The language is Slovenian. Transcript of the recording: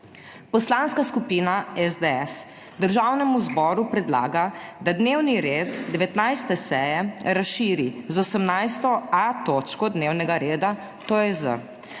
Poslanska skupina SDS Državnemu zboru predlaga, da dnevni red 19. seje razširi z 18.a točko dnevnega reda, to je z